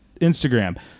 Instagram